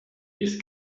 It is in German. bis